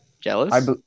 Jealous